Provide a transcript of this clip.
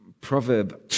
proverb